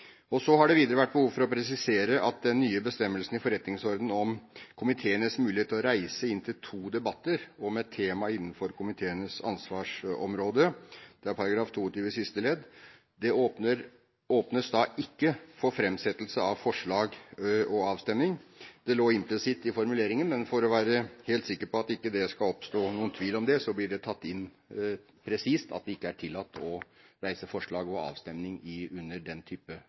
Så har det videre vært behov for å presisere at det i forbindelse med den nye bestemmelsen i forretningsordenen om komiteenes mulighet til å reise inntil to debatter om et tema innenfor komiteenes ansvarsområde, § 22 siste ledd, ikke åpnes for framsettelse av forslag og avstemning. Det lå implisitt i formuleringen, men for å være helt sikker på at det ikke skal oppstå noen tvil om det, blir det tatt inn og presisert at det ikke er tillatt å reise forslag til avstemning under